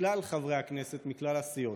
לכלל חברי הכנסת מכלל הסיעות.